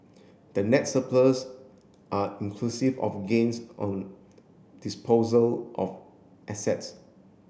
the next surplus are inclusive of gains on disposal of assets